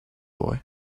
boy